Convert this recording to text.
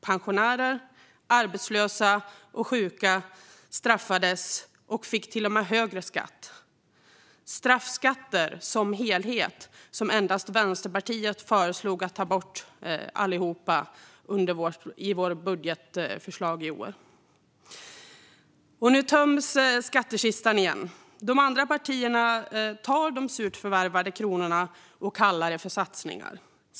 Pensionärer, arbetslösa och sjuka straffades och fick till och med högre skatt - straffskatter som endast vi i Vänsterpartiet föreslog skulle tas bort i vårt förslag till budget för i år. Nu töms skattkistan igen. De andra partierna tar de surt förvärvade kronorna och kallar det för satsningar.